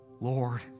Lord